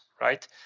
right